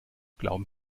glauben